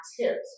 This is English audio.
tips